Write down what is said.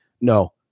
no